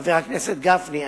חבר הכנסת גפני,